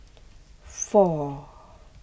four